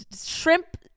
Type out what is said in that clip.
shrimp